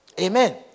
Amen